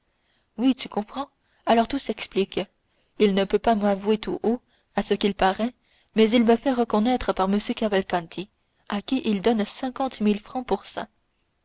oui tu comprends alors tout s'explique il ne peut pas m'avouer tout haut à ce qu'il paraît mais il me fait reconnaître par m cavalcanti à qui il donne cinquante mille francs pour ça